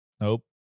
Nope